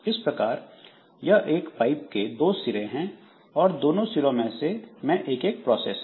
इस प्रकार यह एक पाइप के दो सिरे हैं और दोनों सिरों में एक एक प्रोसेस है